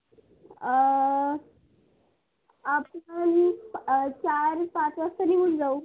आपण चार पाच वाजता निघून जाऊ